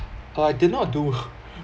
uh I did not do